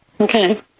Okay